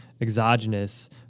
exogenous